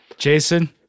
Jason